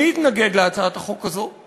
מי התנגד להצעת החוק הזו?